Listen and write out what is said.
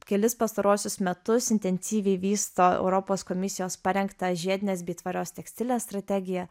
kelis pastaruosius metus intensyviai vysto europos komisijos parengtą žiedinės bei tvarios tekstilės strategiją